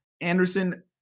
Anderson